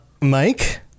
Mike